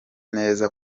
neza